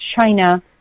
china